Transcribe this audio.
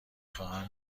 خواهم